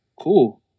cool